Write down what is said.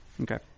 Okay